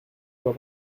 dois